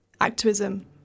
activism